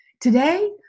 Today